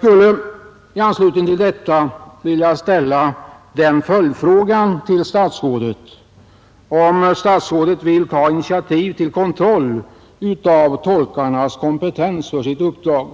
kompetens för uppdraget,